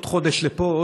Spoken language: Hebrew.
עוד חודש לפה,